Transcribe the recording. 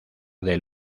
del